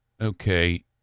okay